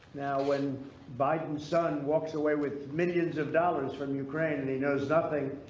now when biden son walks away with millions of dollars from ukraine and he knows nothing,